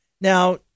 Now